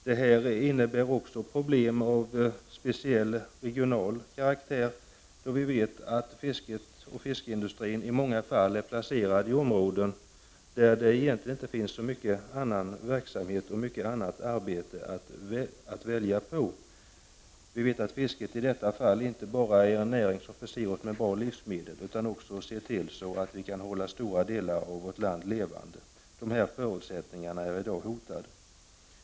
Detta innebär också problem av speciell regional karaktär. Vi vet att fisket och fiskindustrin i många fall finns i områden där det egentligen inte finns så mycket annan verksamhet eller så många andra arbeten att välja på. Vi vet att fisket i detta fall inte bara är en näring som förser oss med bra livsmedel, utan att fisket också ser till att vi kan hålla stora delar av vårt land levande. Dessa förutsättningar är i dag hotade.